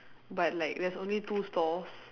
but like there's only two stalls